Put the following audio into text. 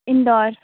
Indore